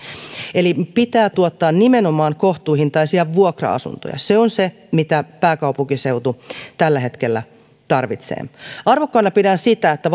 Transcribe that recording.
eli pitää tuottaa nimenomaan kohtuuhintaisia vuokra asuntoja se on se mitä pääkaupunkiseutu tällä hetkellä tarvitsee arvokkaana pidän sitä että